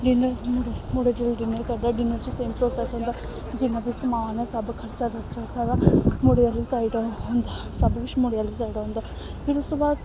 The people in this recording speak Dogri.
डिनर मुड़ा जेल्लै डिनर करदा ओह् करदे डिनर च सेम प्रौसैस होंदा जि'न्ना बी समान ऐ सब खर्चा खुर्चा सारा मुड़े आह्ली साइडा होंदा सब कुछ मुड़े आह्ली साइडा होंदा फिर उसतों बाद